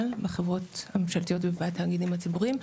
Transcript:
בחברות הממשלתיות ובתאגידים הציבוריים.